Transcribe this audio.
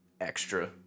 extra